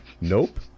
Nope